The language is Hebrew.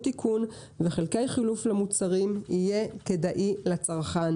תיקון וחלקי חילוף למוצרים יהיה כדאי לצרכן.